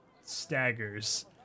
staggers